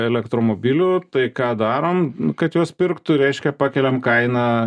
elektromobilių tai ką darom kad juos pirktų reiškia pakeliam kainą